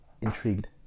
Intrigued